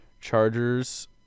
chargers